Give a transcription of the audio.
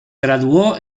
graduó